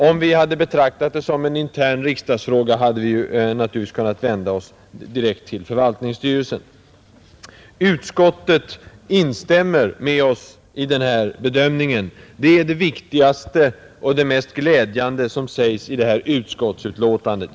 Om vi hade betraktat det som en helt intern riksdagsfråga hade vi naturligtvis kunnat vända oss direkt till förvaltningsstyrelsen, Utskottet instämmer med oss i denna bedömning — det är det viktigaste och det mest glädjande som sägs i betänkandet.